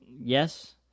yes